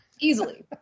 Easily